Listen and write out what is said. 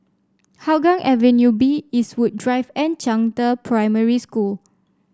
Hougang Avenue B Eastwood Drive and Zhangde Primary School